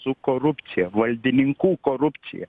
su korupcija valdininkų korupcija